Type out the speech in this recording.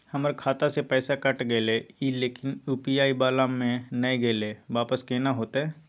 हमर खाता स पैसा कैट गेले इ लेकिन यु.पी.आई वाला म नय गेले इ वापस केना होतै?